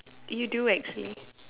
you do actually